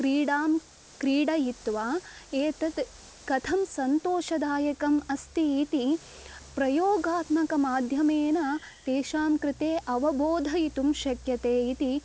क्रीडां क्रीडयित्वा एतत् कथं सन्तोषदायकम् अस्ति इति प्रयोगात्मकमाध्यमेन तेषां कृते अवबोधयितुं शक्यते इति